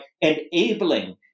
enabling